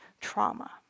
trauma